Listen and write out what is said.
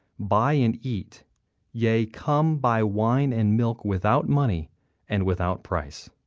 buy, and eat yea, come, buy wine and milk without money and without price.